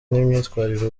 n’imyitwarire